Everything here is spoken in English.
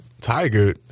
Tiger